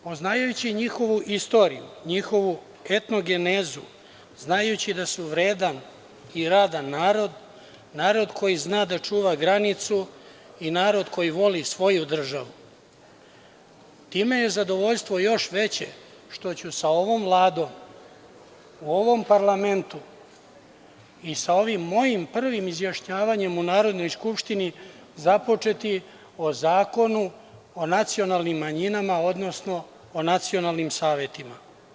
Poznavajući njihovu istoriju, njihovu etnogenezu, znajući da su vredan i radan narod, narod koji zna da čuva granicu i narod koji voli svoju državu, time je zadovoljstvo još veće što ću sa ovom Vladom, u ovom parlamentu i sa ovim mojim prvim izjašnjavanjem u Narodnoj skupštini započeti o Zakonu o nacionalnim manjinama, odnosno o nacionalnim savetima.